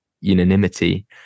unanimity